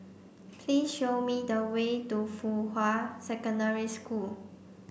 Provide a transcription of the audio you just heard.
please show me the way to Fuhua Secondary School